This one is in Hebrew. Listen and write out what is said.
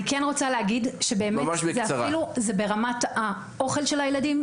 אני כן רוצה להגיד שזה באמת אפילו ברמת האוכל של הילדים,